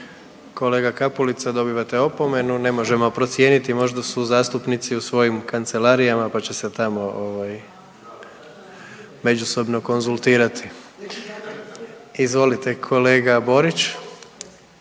Kolega Kapulica dobivate opomenu, ne možemo procijeniti možda su zastupnici u svojim kancelarijama pa će se tamo ovaj međusobno konzultirati. Izvolite kolega Borić.